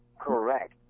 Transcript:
Correct